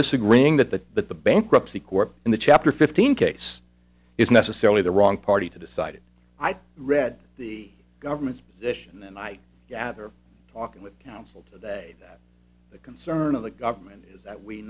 disagreeing that the that the bankruptcy court and the chapter fifteen case is necessarily the wrong party to decided i've read the government's position and i gather talking with counsel today that the concern of the government is that we